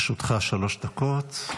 לרשותך שלוש דקות.